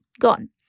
gone